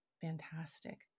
fantastic